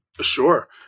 Sure